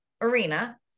arena